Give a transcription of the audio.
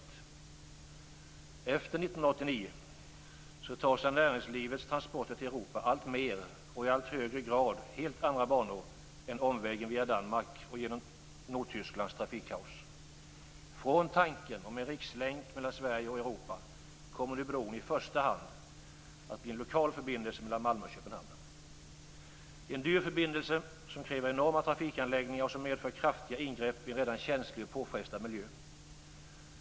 Efter 1989 tar sig näringslivets transporter till Europa i allt högre grad helt andra banor än omvägen via Danmark och genom Nordtysklands trafikkaos. Från tanken om en rikslänk mellan Sverige och Europa kommer nu bron i första hand att bli en lokal förbindelse mellan Malmö och Det är en dyr förbindelse, som kräver enorma trafikanläggningar och som medför kraftiga ingrepp i en redan känslig och påfrestad miljö.